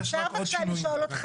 אפשר בבקשה לשאול אותו